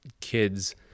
kids